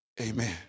Amen